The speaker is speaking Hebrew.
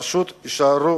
פשוט משאירים